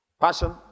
Passion